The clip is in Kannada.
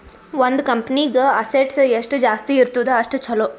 ಒಂದ್ ಕಂಪನಿಗ್ ಅಸೆಟ್ಸ್ ಎಷ್ಟ ಜಾಸ್ತಿ ಇರ್ತುದ್ ಅಷ್ಟ ಛಲೋ